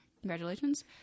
Congratulations